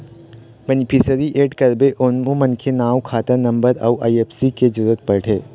beneficiary add करे बर ओ मनखे के नांव, खाता नंबर अउ आई.एफ.एस.सी के जरूरत परथे